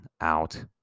out